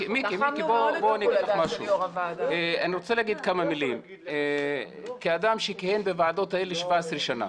להגיד כמה מילים כאדם שכיהן בוועדות האלה 17 שנה.